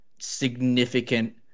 significant